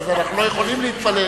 אז אנחנו לא יכולים להתפלל,